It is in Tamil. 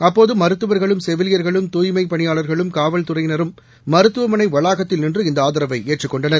அப்போதுமருத்துவர்களும் செவிலியர்களும் தூய்மைப் பணியாளர்களும்காவல்துறையினரும் மருத்துவமனைவளாகத்தில் நின்றுஇந்தஆதரவைஏற்றுக்கொண்டனர்